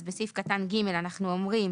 אז בסעיף קטן (ג) אנחנו אומרים